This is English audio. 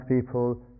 people